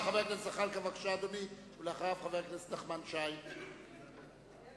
חבר הכנסת ג'מאל